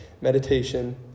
meditation